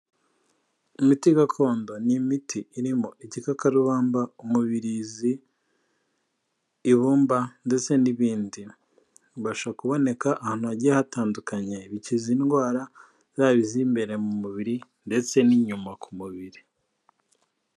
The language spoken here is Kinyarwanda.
Imiti gakondo ni imiti irimo igikakarubamba, umubirizi, ibumba, ndetse n'ibindi. Ibasha kuboneka ahantu hagiye hatandukanye, bikiza indwara zaba iz'imbere mu mubiri ndetse n'inyuma ku mubiri.